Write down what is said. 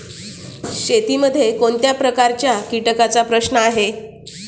शेतीमध्ये कोणत्या प्रकारच्या कीटकांचा प्रश्न आहे?